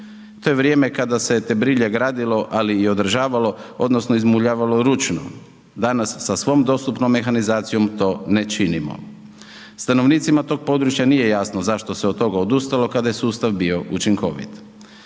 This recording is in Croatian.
To je vrijeme kada se te brilje gradilo ali i održavalo odnosno izmuljavalo ručno, danas sa svom dostupnom mehanizacijom ne činimo. Stanovnicima tog područja nije jasno zašto se od toga odustalo kada je sustav bio učinkovit.